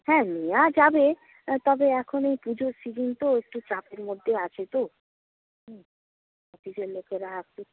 হ্যাঁ নেওয়া যাবে তবে এখন এই পুজোর সিজন তো একটু চাপের মধ্যে আছে তো অফিসের লোকেরা আছে